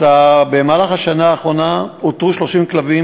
במהלך השנה האחרונה אותרו 30 כלבים,